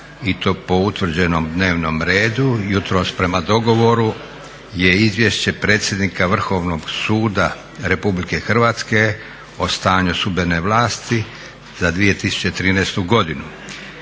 i to po utvrđenom dnevnom redu. Jutros prema dogovoru je: - Izvješće predsjednika Vrhovnog suda Republike Hrvatske o stanju sudbene vlasti za 2013. godinu;